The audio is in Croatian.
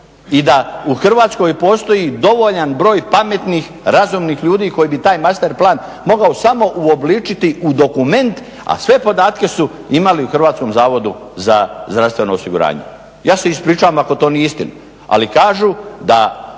i da u Hrvatskoj postoji dovoljan broj pametnih, razumnih ljudi koji bi taj master plan mogao samo uobličiti u dokument a sve podatke su imali u Hrvatskom zavodu za zdravstveno osiguranje. Ja se ispričavam ako to nije istina. Ali kažu da